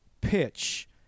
pitch